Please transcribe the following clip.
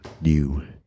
new